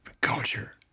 culture